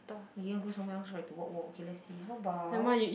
oh you want to go somewhere else right to walk walk okay let's see how about